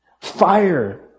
fire